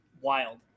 Wild